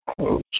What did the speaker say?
close